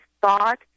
thought